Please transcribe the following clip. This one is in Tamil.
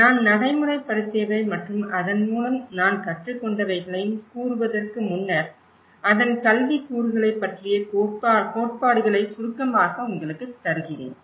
நான் நடைமுறைப்படுத்தியவை மற்றும் அதன் மூலம் நான் கற்றுக்கொண்டவைகளையும் கூறுவதற்கு முன்னர் அதன் கல்வி கூறுகளைப் பற்றிய கோட்பாடுகளை சுருக்கமாக உங்களுக்கு தருகிறேன்